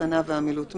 אחסנה ועמילות מכס,